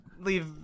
leave